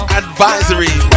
advisory